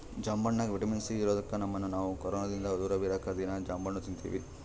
ಜಾಂಬಣ್ಣಗ vitamin C ಇರದೊಕ್ಕ ನಮ್ಮನ್ನು ನಾವು ಕೊರೊನದಿಂದ ದೂರವಿರಕ ದೀನಾ ಜಾಂಬಣ್ಣು ತಿನ್ತಿವಿ